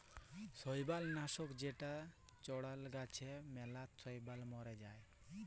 শৈবাল লাশক যেটা চ্ড়ালে গাছে ম্যালা শৈবাল ম্যরে যায়